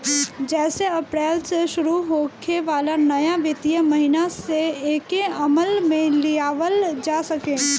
जेसे अप्रैल से शुरू होखे वाला नया वित्तीय महिना से एके अमल में लियावल जा सके